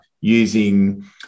using